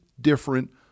different